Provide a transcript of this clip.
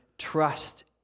trust